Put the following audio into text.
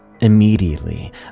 Immediately